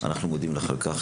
אנחנו מודים לך על כך.